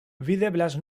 videblas